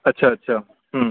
अच्छा अच्छा